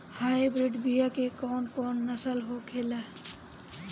Hybrid बीया के कौन कौन नस्ल होखेला?